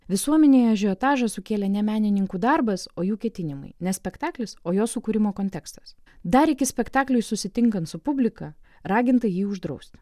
visuomenėje ažiotažą sukėlė ne menininkų darbas o jų ketinimai ne spektaklis o jo sukūrimo kontekstas dar iki spektakliui susitinkant su publika raginta jį uždrausti